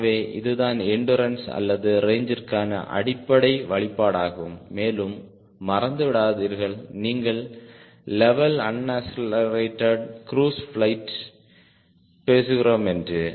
ஆகவே இதுதான் எண்டுரன்ஸ் அல்லது ரேஞ்சிற்க்கான அடிப்படை வழிபாடாகும் மேலும் மறந்துவிடாதீர்கள் நீங்கள் லெவல் அண்அக்ஸ்லெரெட்டு க்ரூஸ் பிளையிட் பற்றி பேசுகிறோம் என்று